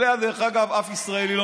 אליה, דרך אגב, אף ישראלי לא